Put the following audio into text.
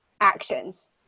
actions